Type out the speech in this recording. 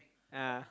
ah